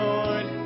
Lord